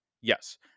Yes